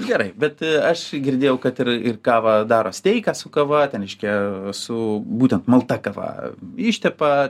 gerai bet aš girdėjau kad ir ir kavą daro steiką su kava ten reiškia su būtent malta kava ištepa